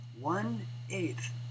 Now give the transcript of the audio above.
one-eighth